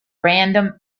random